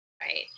Right